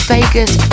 Vegas